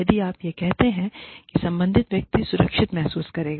यदि आप यह कहते हैं कि संबंधित व्यक्ति सुरक्षित महसूस करेगा